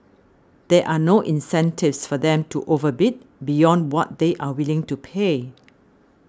there are no incentives for them to overbid beyond what they are willing to pay